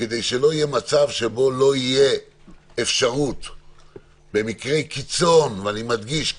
כדי שלא יהיה מצב שבו לא תהיה אפשרות במקרי קיצון ואני מדגיש,